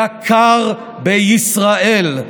יקר בישראל.